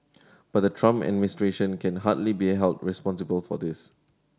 but the Trump administration can hardly be a held responsible for this